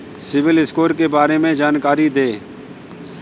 CIBIL score के बारे में जानकारी दें?